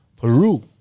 Peru